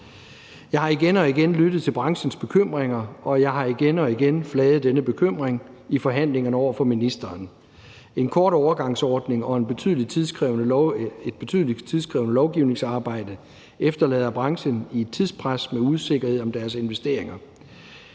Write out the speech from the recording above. Jeg har igen og igen lyttet til branchens bekymringer, og jeg har igen og igen flaget denne bekymring over for ministeren i forhandlingerne. En kort overgangsordning og et meget tidskrævende lovgivningsarbejde efterlader branchen i et tidspres med usikkerhed om deres investeringer.